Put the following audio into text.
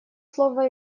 слово